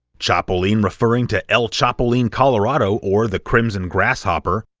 chapolin referring to el chapolin colorado, or the crimson grasshopper,